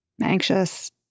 anxious